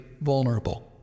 vulnerable